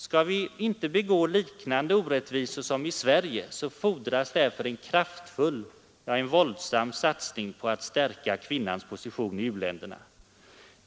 Skall vi inte begå liknande orättvisor som i Sverige fordras därför en kraftfull, ja våldsam satsning på att stärka kvinnans position i u-länderna.